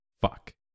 Fuck